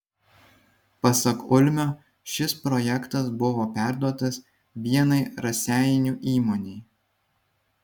pasak ulmio šis projektas buvo perduotas vienai raseinių įmonei